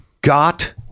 got